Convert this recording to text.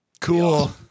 cool